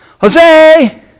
Jose